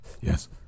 Yes